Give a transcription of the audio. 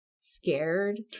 scared